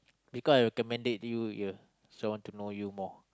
because I recommended you ya so want to know you more